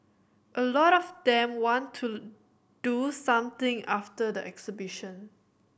a lot of them want to do something after the exhibition